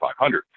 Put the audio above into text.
500